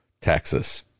Texas